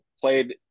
played